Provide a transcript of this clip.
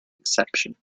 exception